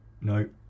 No